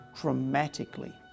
dramatically